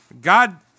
God